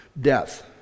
death